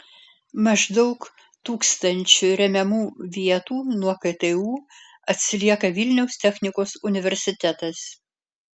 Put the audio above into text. maždaug tūkstančiu remiamų vietų nuo ktu atsilieka vilniaus technikos universitetas